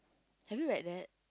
have you read that